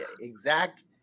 exact